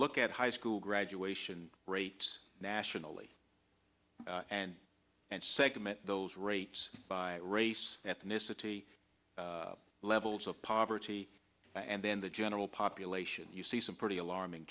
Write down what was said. look at high school graduation rates nationally and and segment those rates by race and ethnicity levels of poverty and then the general population you see some pretty alarming